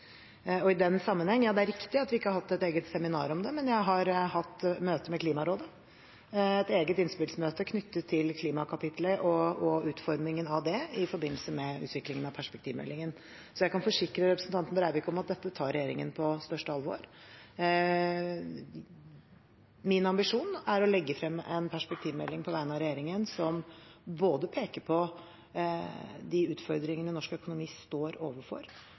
Det er riktig at vi ikke har hatt et eget seminar om det, men jeg har hatt møte med Klimarådet – et eget innspillsmøte knyttet til klimakapitlet og utformingen av det i forbindelse med utviklingen av perspektivmeldingen. Så jeg kan forsikre representanten Breivik om at regjeringen tar dette på det største alvor. Min ambisjon er å legge frem en perspektivmelding på vegne av regjeringen. Den peker på de utfordringene norsk økonomi står overfor